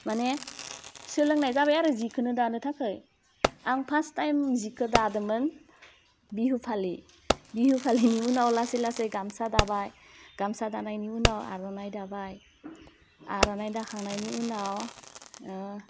माने सोलोंनाय जाबाय आरो जिखुनु दानो थाखै आं फास्ट टाइम जिखौ दादोंमोन बिहु फालि बिहु फालिनि उनाव लासै लासै गामसा दाबाय गामसा दानायनि उनाव आर'नाइ दाबाय आर'नाइ दाखांनायनि उनाव ओह